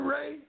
Ray